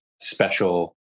special